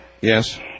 Yes